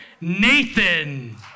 Nathan